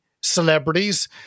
celebrities